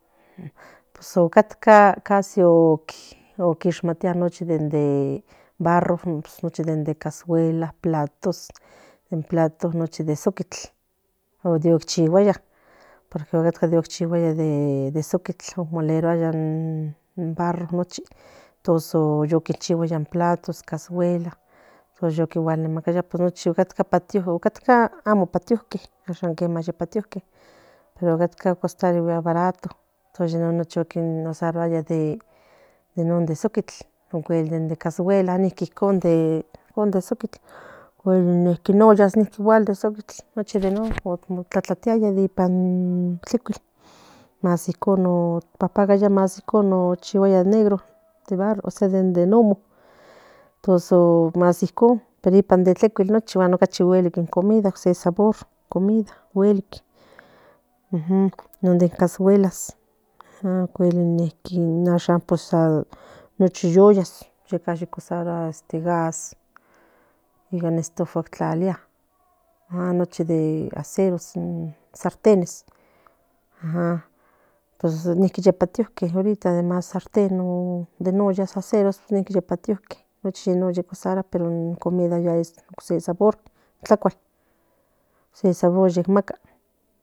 Pues ocatca quishmatia nochi de barro nochi de cascguela platos noshi de sukitl chihuaya de sukitl moleruaya in barro mucho platos casguelas cual nemaquiaba pues nohi piaba patio amo catca patio ahora sí antes barato usaruaya in sukitl ocuel in cascueguela in oyas nochi de non in tecuilt más icon negro de barro de non más icon pero ipan o se sabor in comida non de in casguelas nashan pues nuchi ye usarua gas nic in istufa tlalia de braseros sartenes nica ye patio de notas ye patio nochi non pero in comida ocse sabor in tlacul ni saber ye maca